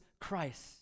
Christ